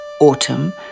Autumn